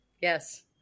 Yes